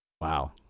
Wow